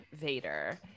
Vader